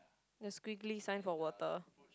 the squiggly sign for water